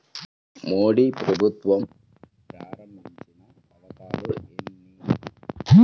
మోదీ ప్రభుత్వం ప్రారంభించిన పథకాలు ఎన్ని?